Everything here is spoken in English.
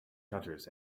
shutters